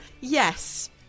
Yes